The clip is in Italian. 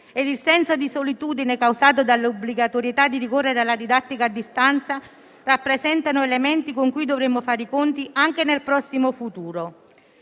e il senso di solitudine causato dall'obbligatorietà del rigore della didattica a distanza rappresentano elementi con cui dovremo fare i conti anche nel prossimo futuro.